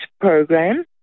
program